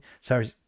sorry